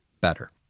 better